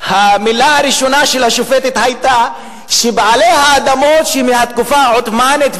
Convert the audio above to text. המלה הראשונה של השופטת היתה שבעלי האדמות מהתקופה העות'מאנית,